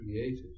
created